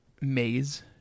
maze